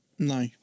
No